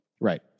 Right